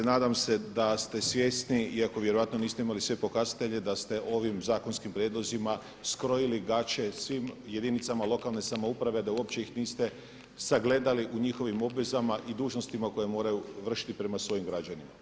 Nadam se da ste svjesni iako vjerojatno niste imali sve pokazatelje da ste ovim zakonskim prijedlozima skrojili gaće svim jedinicama lokalne samouprave da uopće ih niste sagledali u njihovim obvezama i dužnostima koje moraju vršiti prema svojim građanima.